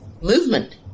movement